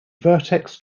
vertex